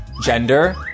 Gender